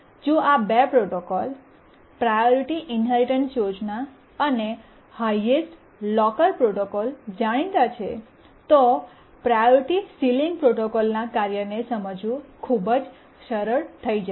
જો આ બે પ્રોટોકોલ પ્રાયોરિટી ઇન્હેરિટન્સ યોજના અને હાયેસ્ટ લોકર પ્રોટોકોલ જાણીતા છે તો પ્રાયોરિટી સીલીંગ પ્રોટોકોલના કાર્યને સમજવું ખૂબ જ સરળ થઈ જશે